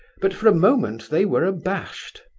but for a moment they were abashed.